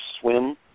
swim